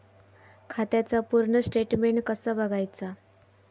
खात्याचा पूर्ण स्टेटमेट कसा बगायचा?